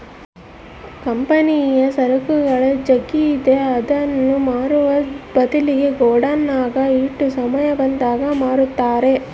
ಕಂಪನಿಯ ಸರಕುಗಳು ಜಗ್ಗಿದ್ರೆ ಅದನ್ನ ಮಾರುವ ಬದ್ಲಿಗೆ ಗೋಡೌನ್ನಗ ಇಟ್ಟು ಸಮಯ ಬಂದಾಗ ಮಾರುತ್ತಾರೆ